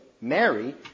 Mary